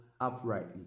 uprightly